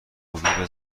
غروب